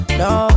no